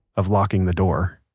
of locking the door